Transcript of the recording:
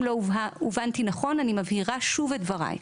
אם לא הובנתי נכון, אני מבהירה שוב את דברי.